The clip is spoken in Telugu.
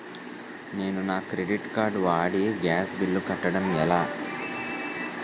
నేను నా క్రెడిట్ కార్డ్ వాడి గ్యాస్ బిల్లు కట్టడం ఎలా?